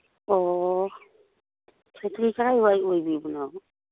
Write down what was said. ꯑꯣ ꯈꯦꯇ꯭ꯔꯤ ꯀꯗꯥꯏ ꯋꯥꯏ ꯑꯣꯏꯕꯤꯕꯅꯣ